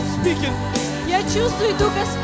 speaking